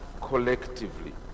collectively